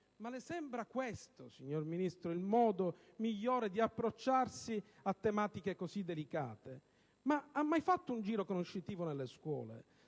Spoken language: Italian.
Ma le sembra questo, signora Ministro, il modo migliore di approcciarsi a tematiche così delicate? Ma ha mai fatto un giro conoscitivo nelle scuole?